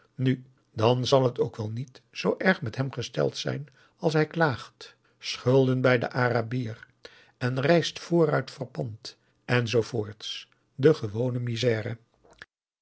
nu dan zal t ook wel niet zoo erg met hem gesteld zijn als hij klaagt schulden bij den arabier en de rijst vooruit verpand en zoo voorts de gewone misère